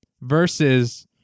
versus